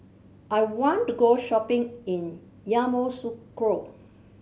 I want to go shopping in Yamoussoukro